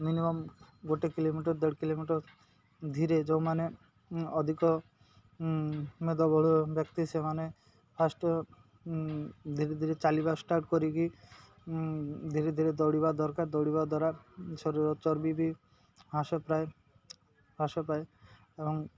minimum ଗୋଟେ kilometre ଦେଢ଼ kilometre ଧୀରେ ଯେଉଁମାନେ ଅଧିକ ମେଦ ବହୁଳ ବ୍ୟକ୍ତି ସେମାନେ ଫାଷ୍ଟ ଧୀରେ ଧୀରେ ଚାଲିବା ଷ୍ଟାର୍ଟ କରିକି ଧୀରେ ଧୀରେ ଦୌଡ଼ିବା ଦରକାର ଦୌଡ଼ିବା ଦ୍ୱାରା ଶରୀର ଚର୍ବି ବି ହ୍ରାସ ପାଏ ହ୍ରାସ ପାାଏ ଏବଂ